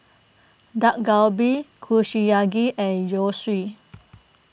Dak Galbi Kushiyaki and Zosui